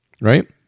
Right